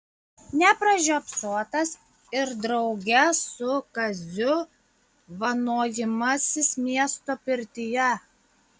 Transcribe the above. nepražiopsotas ir drauge su kaziu vanojimasis miesto pirtyje